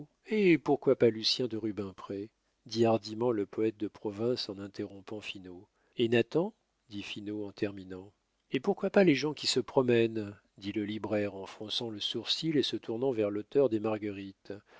et pourquoi pas lucien de rubempré dit hardiment le poète de province en interrompant finot et nathan dit finot en terminant et pourquoi pas les gens qui se promènent dit le libraire en fronçant le sourcil et se tournant vers l'auteur des marguerites